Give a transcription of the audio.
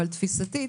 אבל תפיסתית,